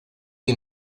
que